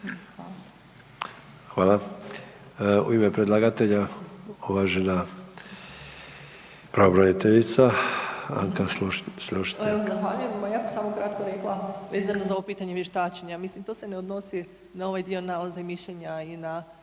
Hvala. U ime predlagatelja uvažena pravobraniteljica Anka Slonjšak. **Slonjšak, Anka** Evo zahvaljujem. Ja bih samo kratko rekla vezano za pitanje vještačenja, to se ne odnosi na ovaj dio nalaza i mišljenja i na